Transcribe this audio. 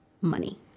money